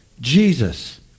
Jesus